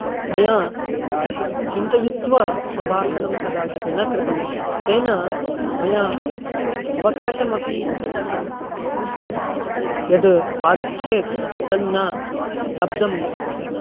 मया चिन्तयित्वा सम्भाषणं कदाचित् न कृतम् तेन मया अवकाशम् अपि यत् आगच्छेत् तन्न लब्धं मम कृते